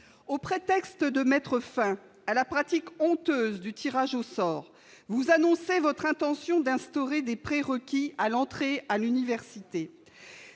au prétexte de mettre fin à la pratique honteuse du tirage au sort, vous annoncez votre intention d'instaurer des pré-requis à l'entrée à l'université,